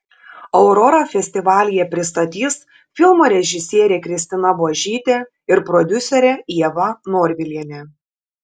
aurorą festivalyje pristatys filmo režisierė kristina buožytė ir prodiuserė ieva norvilienė